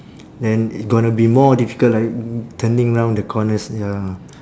then it's gonna be more difficult like turning round the corners ya